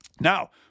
Now